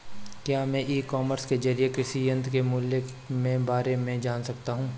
क्या मैं e commerce के ज़रिए कृषि यंत्र के मूल्य में बारे में जान सकता हूँ?